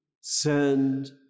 send